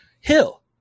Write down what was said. hill